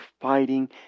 fighting